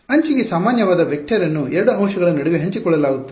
ಅಂಚಿಗೆ ಸಾಮಾನ್ಯವಾದ ವೆಕ್ಟರ್ ನ್ನು 2 ಅಂಶಗಳ ನಡುವೆ ಹಂಚಿಕೊಳ್ಳಲಾಗುತ್ತದೆ